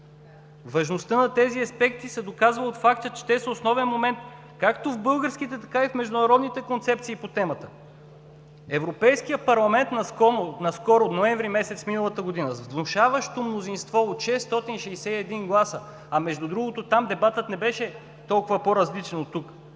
Важността на тези аспекти се доказва от факта, че те са основен момент както в българските, така и в международните концепции по темата. Европейският парламент наскоро – месец ноември миналата година, с внушаващо мнозинство от 661 гласа, между другото, там дебатът не беше толкова по-различен от тук,